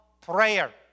prayer